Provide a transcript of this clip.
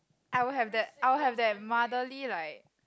I will have that I will have that motherly like